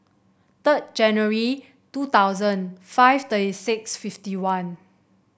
third January two thousand five thirty six fifty one